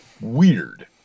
weird